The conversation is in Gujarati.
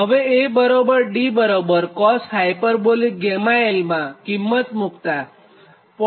હવે AD cosh 𝛾l માં બધી કિંમત મુક્તાં 0